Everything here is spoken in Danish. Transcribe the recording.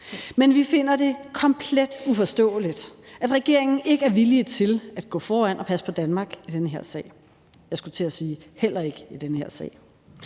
Men vi finder det komplet uforståeligt, at regeringen ikke er villige til at gå foran og passe på Danmark i den her sag, og jeg skulle til at sige: heller ikke i den her sag.